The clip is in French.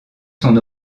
son